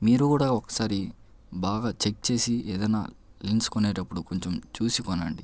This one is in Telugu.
మీరు కూడా ఒకసారి బాగా చెక్ చేసి ఏదైనా లెన్స్ కొనేటప్పుడు కొంచెం చూసి కొనండి